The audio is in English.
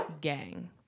gang